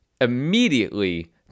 immediately